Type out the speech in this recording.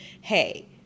hey